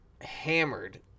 hammered